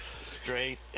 Straight